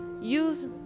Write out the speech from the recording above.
use